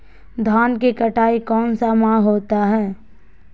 धान की कटाई कौन सा माह होता है?